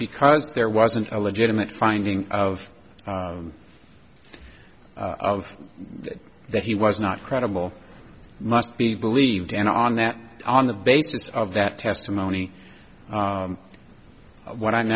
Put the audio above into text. because there wasn't a legitimate finding of of that he was not credible must be believed and on that on the basis of that testimony what i'm